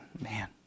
Man